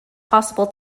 possible